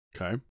Okay